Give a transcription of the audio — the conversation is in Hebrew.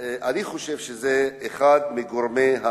אני חושב שזה אחד מגורמי האלימות.